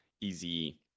easy